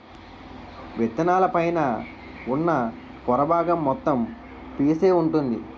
విత్తనాల పైన ఉన్న పొర బాగం మొత్తం పీసే వుంటుంది